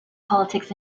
politics